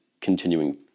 continuing